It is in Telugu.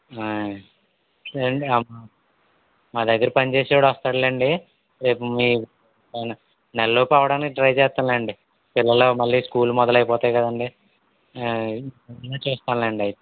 సరే అండి మా దగ్గర పని చేసేవాడు వస్తాడులేండి రేపు మీ నెల లోపు అవ్వడానికి ట్రై చేస్తాములేండి పిల్లలు మళ్ళీ స్కూళ్ళు మొదలైపోతాయి కదండి చేస్తాలేండి అయితే